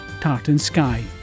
tartansky